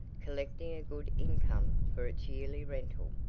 collecting a good income for its yearly rental.